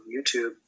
YouTube